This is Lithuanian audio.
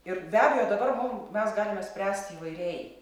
ir be abejo dabar mum mes galime spręsti įvairiai